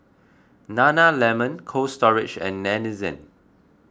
Nana Lemon Cold Storage and Denizen